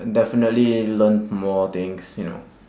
definitely learnt more things you know